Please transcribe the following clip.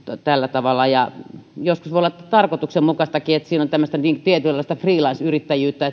tällä tavalla ja joskus voi olla tarkoituksenmukaistakin että siinä on tämmöistä tietynlaista freelanceyrittäjyyttä